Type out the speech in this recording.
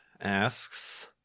asks